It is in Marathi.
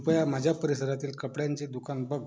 कृपया माझ्या परिसरातील कपड्यांचे दुकान बघ